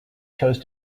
chose